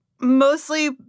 mostly—